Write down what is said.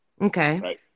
Okay